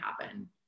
happen